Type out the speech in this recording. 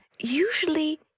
Usually